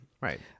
Right